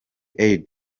aid